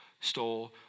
stole